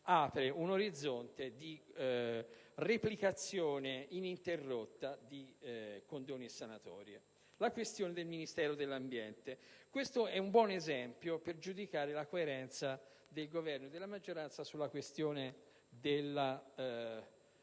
apre un orizzonte di replicazione ininterrotta di condoni e sanatorie. La questione del Ministero dell'ambiente è un buon esempio per giudicare la coerenza del Governo e della maggioranza sia relativamente alla